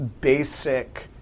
basic